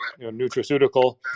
nutraceutical